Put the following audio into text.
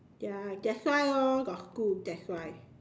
ya that's why orh got school that's why